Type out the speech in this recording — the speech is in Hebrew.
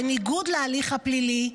בניגוד להליך הפלילי,